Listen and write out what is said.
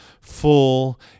full